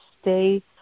stay